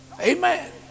Amen